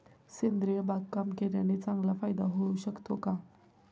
सेंद्रिय बागकाम केल्याने चांगला फायदा होऊ शकतो का?